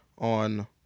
On